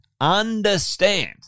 understand